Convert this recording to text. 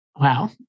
Wow